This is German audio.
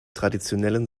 traditionellen